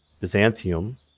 Byzantium